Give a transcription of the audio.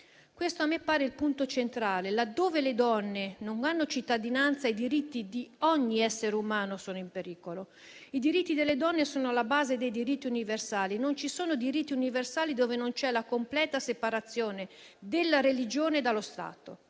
Questo a me pare il punto centrale: laddove le donne non hanno cittadinanza, i diritti di ogni essere umano sono in pericolo. I diritti delle donne sono alla base dei diritti universali e non ci sono diritti universali dove non c'è la completa separazione della religione dallo Stato: